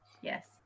Yes